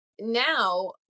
now